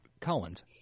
collins